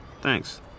Thanks